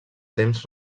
temps